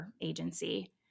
agency